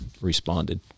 responded